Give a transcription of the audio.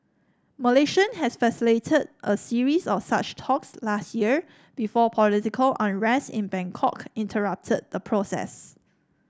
Malaysia has facilitated a series of such talks last year before political unrest in Bangkok interrupted the process